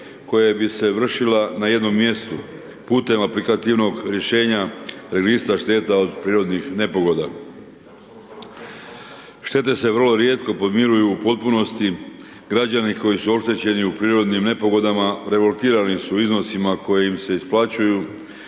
koja bi se vršila na jednom mjestu, putem aplikativnog rješenja registra …/Govornik se ne razumije./… od prirodnih nepogoda. Štete se vrlo rijetko podmiruju u potpunosti, građani koji su oštećeni u prirodnim nepogodama revoltirani su u iznosima kojim se isplaćuju,